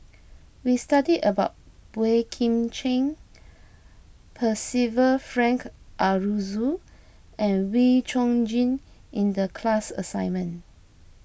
we studied about Boey Kim Cheng Percival Frank Aroozoo and Wee Chong Jin in the class assignment